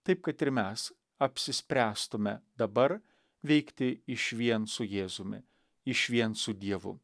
taip kad ir mes apsispręstume dabar veikti išvien su jėzumi išvien su dievu